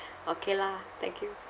okay lah thank you